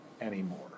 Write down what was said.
anymore